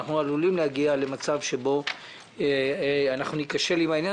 אנחנו עלולים להגיע למצב שניכשל עם העניין